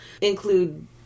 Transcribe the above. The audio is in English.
Include